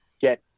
get